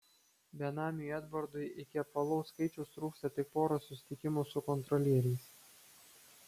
benamiui edvardui iki apvalaus skaičiaus trūksta tik poros susitikimų su kontrolieriais